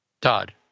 Todd